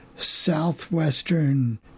southwestern